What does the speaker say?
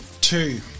Two